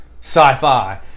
Sci-Fi